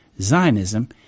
Zionism